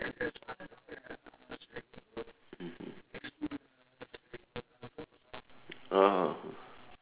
mmhmm (uh huh)